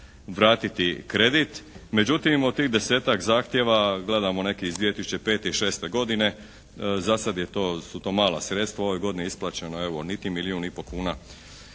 vratiti kredit. Međutim, od tih desetak zahtjeva gledamo neki iz 2005. i 2006. godine. Za sada je to, to su mala sredstva. Ove godine je isplaćeno evo niti milijun i pol kuna.